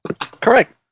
Correct